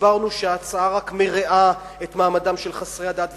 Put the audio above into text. הסברנו שההצעה רק מרעה את מעמדם של חסרי הדת.